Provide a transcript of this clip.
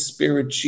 Spirit